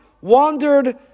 wandered